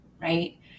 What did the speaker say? Right